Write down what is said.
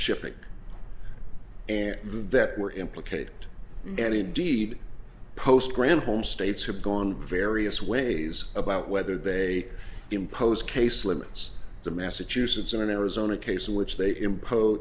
shipping and that were implicated and indeed post granholm states have gone various ways about whether they impose case limits to massachusetts and arizona case in which they impose